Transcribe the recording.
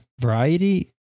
variety